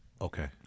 Okay